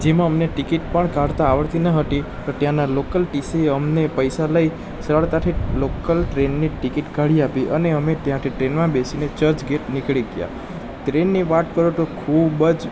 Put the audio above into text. જેમાં અમને ટીકીટ પણ કાઢતા આવડતી ન હતી તો ત્યાંના લોકલ ટીસીએ અમને પૈસા લઈ સરળતાથી લોકલ ટ્રેનની ટિકિટ કાઢી આપી અને અમે ત્યાંથી ટ્રેનમાં બેસીને ચર્ચગેટ નીકળી ગયાં ટ્રેનની વાત કરો તો ખૂબ જ